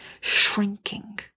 shrinking